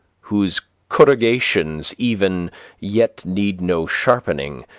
whose corrugations even yet need no sharpening,